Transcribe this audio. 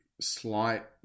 slight